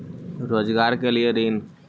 रोजगार के लिए ऋण?